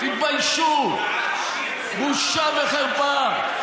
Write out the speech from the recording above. תתביישו, בושה וחרפה.